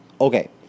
okay